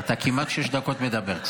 אתה כמעט שש דקות מדבר.